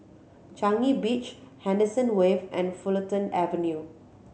Changi Beach Henderson Wave and Fulton Avenue